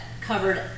covered